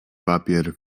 papier